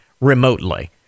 remotely